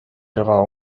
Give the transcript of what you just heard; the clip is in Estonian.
kõva